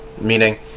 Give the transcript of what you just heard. Meaning